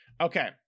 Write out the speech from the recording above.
okay